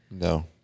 No